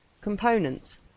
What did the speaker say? components